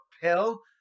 pill